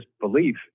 belief